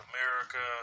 America